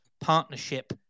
partnership